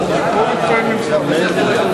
לוועדת הכלכלה נתקבלה.